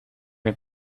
een